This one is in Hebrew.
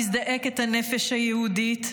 מזדעקת הנפש היהודית.